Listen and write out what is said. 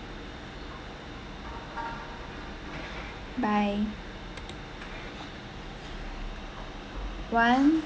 bye one